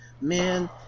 Man